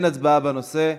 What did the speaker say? אין הצבעה בנושא.